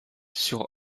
sur